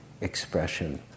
expression